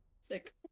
Sick